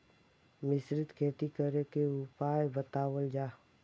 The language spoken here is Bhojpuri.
मिश्रित खेती करे क उपाय बतावल जा?